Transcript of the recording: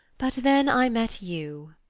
but then i met you.